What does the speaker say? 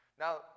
Now